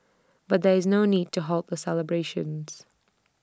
but there is no need to halt the celebrations